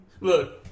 look